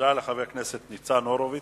תודה לחבר הכנסת ניצן הורוביץ.